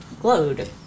glowed